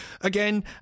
again